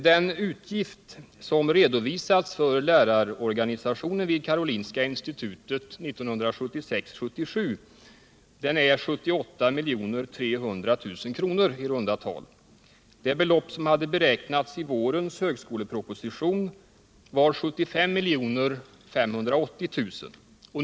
Den utgift som redovisats för lärarorganisationen vid Karolinska institutet 1976/77 är i runda tal 78 300 000 kr. Det belopp som beräknades i vårens högskoleproposition var ca 75 580 000 kr.